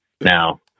now